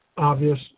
obvious